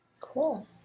Cool